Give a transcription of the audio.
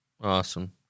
awesome